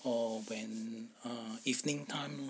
or when uh evening time